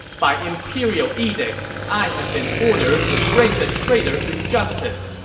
by imperial edict, i have been ordered to bring the traitor to justice.